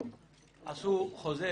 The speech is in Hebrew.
מקרים שעשו חוזה